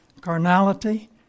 carnality